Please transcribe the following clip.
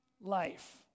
life